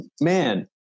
man